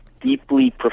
deeply